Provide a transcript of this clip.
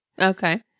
Okay